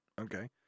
Okay